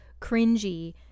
cringy